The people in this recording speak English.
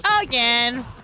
again